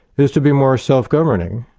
is to be more self-governing,